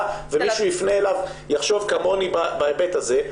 שמישהו יפנה אליו יחשוב כמוני בהיבט הזה,